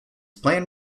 plan